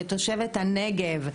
כתושבת הנגב,